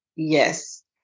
Yes